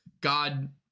god